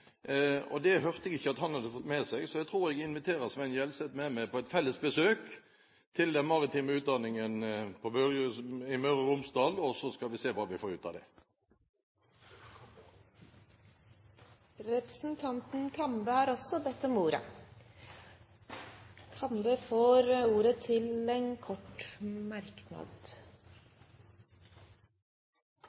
Det hørte jeg ikke at han hadde fått med seg, så jeg tror jeg inviterer Svein Gjelseth med meg på et felles besøk til den maritime utdanningen i Møre og Romsdal, så skal vi se hva vi får ut av det. Representanten Arve Kambe har hatt ordet to ganger og får ordet til en kort merknad.